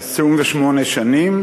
28 שנים.